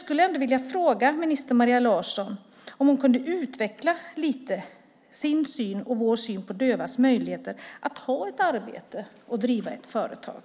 Kan minister Maria Larsson utveckla sin syn, och vår syn, på dövas möjligheter att ha ett arbete och driva ett företag?